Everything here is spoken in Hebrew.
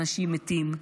אנשים מתים.